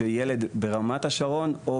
לא,